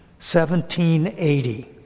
1780